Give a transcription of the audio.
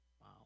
Wow